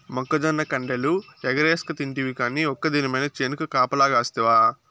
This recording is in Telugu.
మొక్కజొన్న కండెలు ఎగరేస్కతింటివి కానీ ఒక్క దినమైన చేనుకు కాపలగాస్తివా